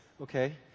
okay